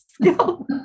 skill